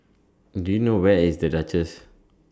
Do YOU know Where IS The Duchess